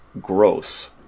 gross